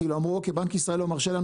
כאילו, אמרו אוקיי, בנק ישראל לא מרשה לנו.